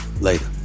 later